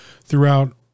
throughout